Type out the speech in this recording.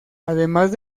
además